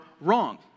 wrong